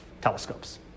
telescopes